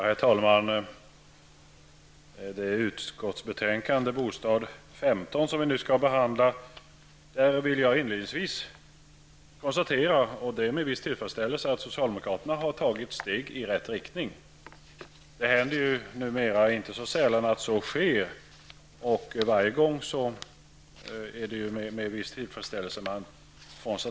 Herr talman! Vi skall nu behandla bostadsutskottets betänkande 15. Inledningsvis konstaterar jag med viss tillfredsställelse att socialdemokraterna har tagit steg i rätt riktning. Det händer numera inte så sällan att det sker, och det är lika tillfredsställande varje gång.